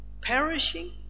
perishing